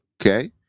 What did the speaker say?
okay